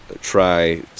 try